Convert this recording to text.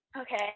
Okay